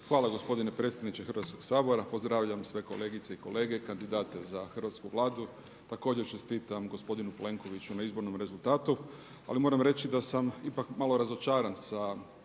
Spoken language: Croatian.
Hvala gospodine predsjedniče Hrvatskog sabora. Pozdravljam sve kolegice i kolege kandidate za hrvatsku Vladu. Također čestitam gospodinu Plenkoviću na izbornom rezultatu. Ali moram reći da sam ipak malo razočaran sa